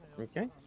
Okay